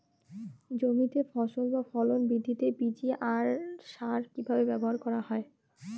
জমিতে ফসল বা ফলন বৃদ্ধিতে পি.জি.আর সার কীভাবে ব্যবহার করা হয়?